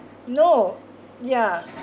no ya